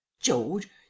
george